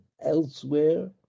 elsewhere